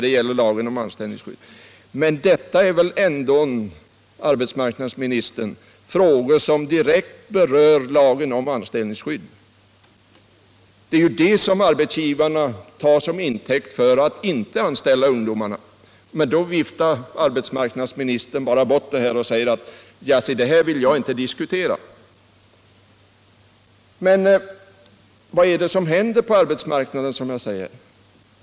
Detta är väl ändå, herr arbetsmark Om planerade nadsminister, frågor som direkt berör lagen om anställningsskydd! Ar — ändringar i lagen betsgivarna tar ju den lagen till intäkt för att inte anställa ungdomar. om anställnings Men det viftar arbetsmarknadsministern bara bort och säger: Det här = skydd, m.m. vill jag inte diskutera. Vad är det som händer på arbetsmarknaden?